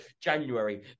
January